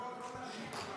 הדובר הבא, חבר הכנסת ואליד